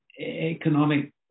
economic